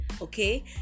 Okay